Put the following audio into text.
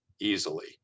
easily